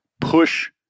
push